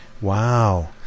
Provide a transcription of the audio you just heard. Wow